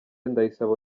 ndayisaba